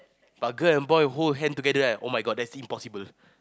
but girl and boy hold hand together right oh-my-God that's impossible